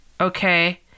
okay